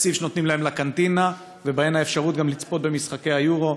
התקציב שנותנים להם לקנטינה והאפשרות גם לצפות במשחקי היורו.